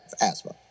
asthma